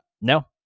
no